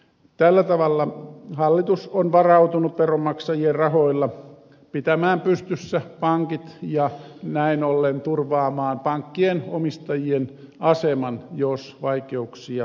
tällä tavalla hallitus on varautunut veronmaksajien rahoilla pitämään pystyssä pankit ja näin ollen turvaamaan pankkien omistajien aseman jos vaikeuksia tulee